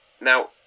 Now